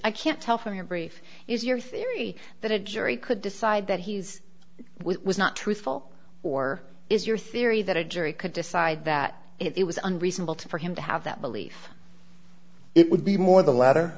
i can't tell from your brief is your theory that a jury could decide that he is was not truthful or is your theory that a jury could decide that it was unreasonable to for him to have that belief it would be more the latter